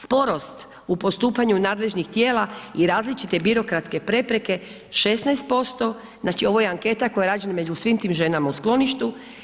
Sporost u postupanju nadležnih tijela i različite birokratske prepreke 16%, znači ovo je anketa koja je rađena među svim tim ženama u skloništu.